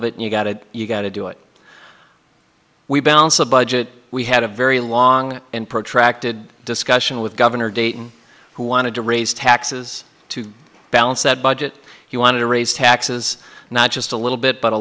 of it and you've got to you've got to do it we balance a budget we had a very long and protracted discussion with governor dayton who wanted to raise taxes to balance that budget he wanted to raise taxes not just a little bit but a